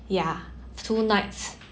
ya two nights